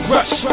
Rush